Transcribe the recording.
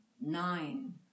nine